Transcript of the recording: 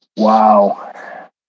Wow